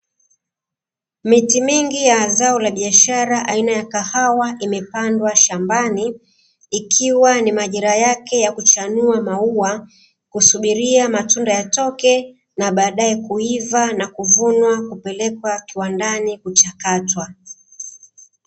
Miti mingi ya zao la biashara aina ya kahawa imepandwa shambani ikiwa ni majira yake ya kuchanua maua, kusubiria matunda yatoke na baadaye kuiva na kuvunwa kupelekwa kiwandani kuchakatwa.